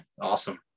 awesome